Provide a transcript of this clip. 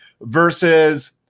versus